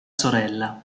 sorella